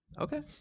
okay